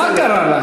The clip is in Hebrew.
מה קרה לך?